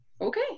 okay